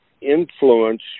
influence